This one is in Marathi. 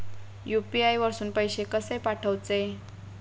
यू.पी.आय वरसून पैसे कसे पाठवचे?